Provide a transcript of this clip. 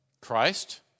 Christ